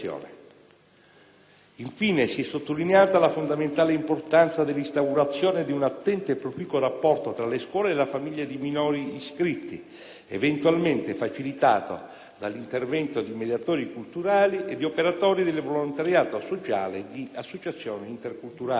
infine, sottolineata la fondamentale importanza dell'instaurazione di un attento e proficuo rapporto tra le scuole e le famiglie dei minori iscritti, eventualmente facilitato dall'intervento di mediatori culturali e di operatori del volontariato sociale e di associazioni interculturali.